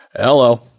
Hello